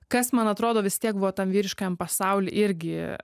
kas man atrodo vis tiek buvo tam vyriškajam pasauly irgi